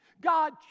God